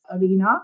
arena